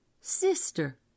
sister